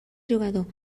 jugador